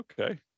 okay